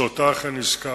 שאותה אכן הזכרת,